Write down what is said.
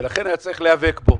ולכן היה צריך להיאבק בו.